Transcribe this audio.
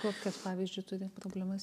kokias pavyzdžiui turi problemas